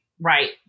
Right